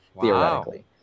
theoretically